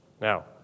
Now